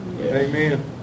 Amen